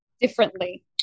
Differently